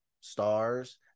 stars